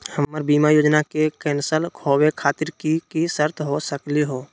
हमर बीमा योजना के कैन्सल होवे खातिर कि कि शर्त हो सकली हो?